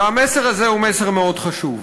והמסר הזה הוא מסר מאוד חשוב.